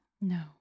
no